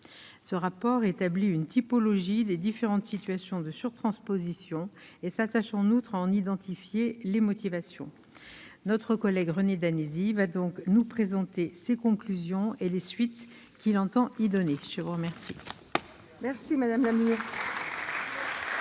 Ce rapport établit une typologie des différentes situations de surtransposition et s'attache, en outre, à en identifier les motivations. Notre collègue René Danesi va donc nous présenter ses conclusions et les suites qu'il entend leur donner. Très bien